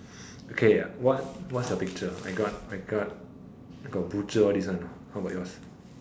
okay what what's your picture I got I got got butcher all these one how about yours